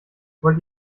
wollt